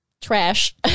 trash